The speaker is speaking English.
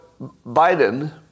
Biden